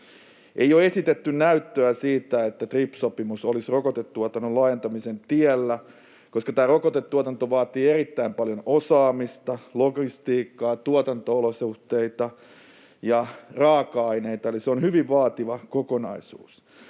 Ei ole esitetty näyttöä siitä, että TRIPS-sopimus olisi rokotetuotannon laajentamisen tiellä, koska tämä rokotetuotanto vaatii erittäin paljon osaamista, logistiikkaa, tuotanto-olosuhteita ja raaka-aineita, eli se on hyvin vaativa kokonaisuus.